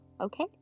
okay